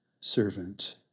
servant